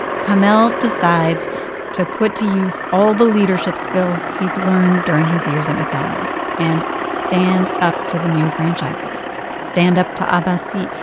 kamel decides to put to use all the leadership skills he'd learned during his years at mcdonald's and stand up to the new franchisor stand up to abbassi.